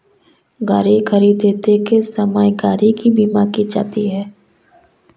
गाड़ी खरीदते समय गाड़ी की बीमा की जाती है